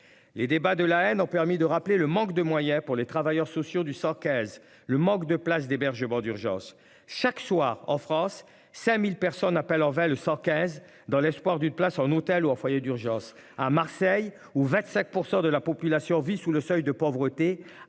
Les débats de la haine ont permis de rappeler le manque de moyens pour les travailleurs sociaux du 115 le manque de places d'hébergement d'urgence chaque soir en France 5000 personnes appellent envers le 115 dans l'espoir d'une place en hôtel ou en foyer d'urgence à Marseille où 25% de la population vit sous le seuil de pauvreté.